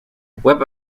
webb